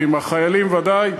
ועם החיילים בוודאי,